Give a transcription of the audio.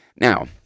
Now